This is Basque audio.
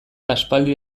aspaldi